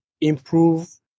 improve